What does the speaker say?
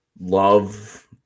love